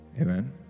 Amen